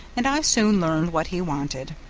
and i soon learned what he wanted.